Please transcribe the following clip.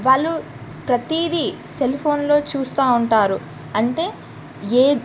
వాళ్ళు ప్రతీదీ సెల్ఫోన్లో చూస్తా ఉంటారు అంటే ఏ